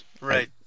right